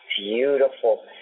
beautiful